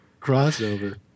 Crossover